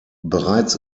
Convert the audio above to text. bereits